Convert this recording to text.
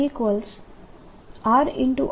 તેથી હું B